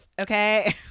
Okay